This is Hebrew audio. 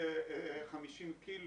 50 קילו